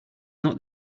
not